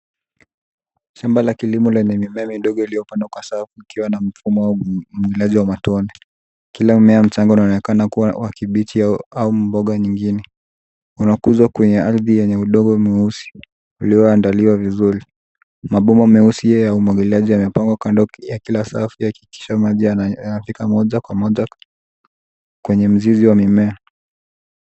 Shamba la kilimo lenye mimea midogo iliyopandwa kwa safu ikiwa na mfumo wa umwagiliaji wa matone. Kila mmea mchanga unaonekana kuwa wa kibichi au mboga nyingine, una kuzwa kwenye ardhi wenye udongo meusi ulio andaliwa vizuri. Mabomba meusi ya umwagiliaji yamepangwa kando ya kila safu yaki akikisha maji yanafika moja kwa moja kwenye mzizi wa mimea.